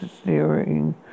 steering